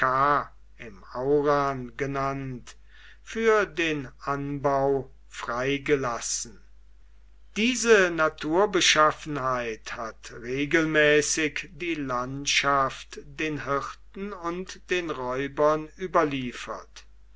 aurn genannt für den anbau freigelassen diese naturbeschaffenheit hat regelmäßig die landschaft den hirten und den räubern überliefert